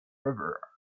river